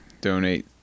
donate